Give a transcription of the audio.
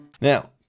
Now